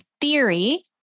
theory